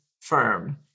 firm